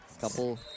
Couple